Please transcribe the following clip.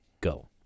go